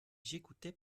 j’écoutais